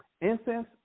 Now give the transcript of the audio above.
Incense